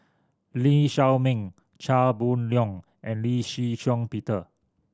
Lee Shao Meng Chia Boon Leong and Lee Shih Shiong Peter